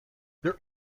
there